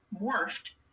morphed